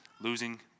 losing